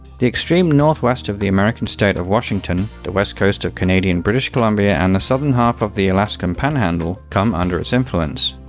the extreme north-west of the american state of washington, the west coast of canadian british columbia and the southern half of the alaskan panhandle come under its influence.